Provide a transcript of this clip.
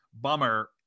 bummer